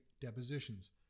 depositions